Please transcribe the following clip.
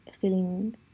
feeling